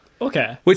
Okay